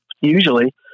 Usually